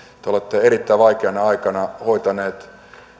te olette erittäin vaikeana aikana hoitanut